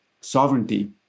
sovereignty